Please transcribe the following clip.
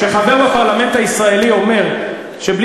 כשחבר בפרלמנט הישראלי אומר שבלי